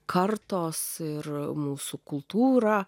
kartos ir mūsų kultūrą